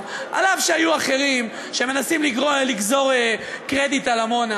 על אף שהיו אחרים שמנסים לגזור קרדיט על עמונה.